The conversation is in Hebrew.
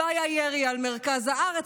לא היה ירי על מרכז הארץ,